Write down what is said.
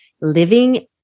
living